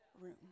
room